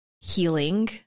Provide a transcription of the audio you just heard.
healing